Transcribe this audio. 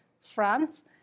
France